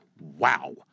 Wow